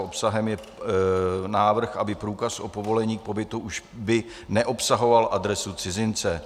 Obsahem je návrh, aby průkaz o povolení k pobytu už neobsahoval adresu cizince.